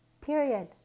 Period